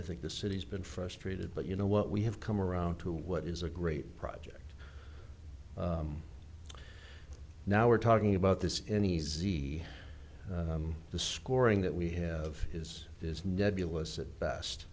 i think the city's been frustrated but you know what we have come around to what is a great project now we're talking about this any z the scoring that we have is is nebulous